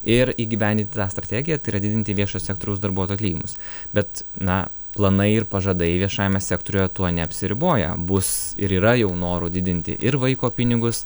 ir įgyvendinti tą strategiją tai yra didinti viešojo sektoriaus darbuotojų atlyginimus bet na planai ir pažadai viešajame sektoriuje tuo neapsiriboja bus ir yra jau norų didinti ir vaiko pinigus